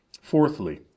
Fourthly